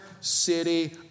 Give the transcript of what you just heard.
city